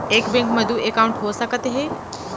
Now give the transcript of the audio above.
एक बैंक में दू एकाउंट हो सकत हे?